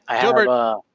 Gilbert